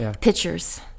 pictures